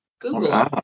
google